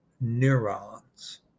neurons